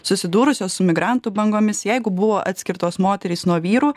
susidūrusios su migrantų bangomis jeigu buvo atskirtos moterys nuo vyrų